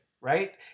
right